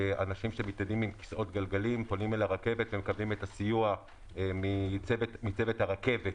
אנשים שנעים בכיסאות גלגלים מקבלים את הסיוע מצוות הרכבת.